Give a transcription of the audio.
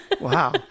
wow